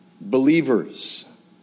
believers